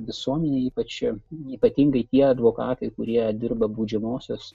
visuomenė ypač čia ypatingai tie advokatai kurie dirba baudžiamosios